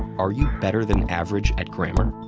are you better than average at grammar?